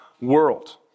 world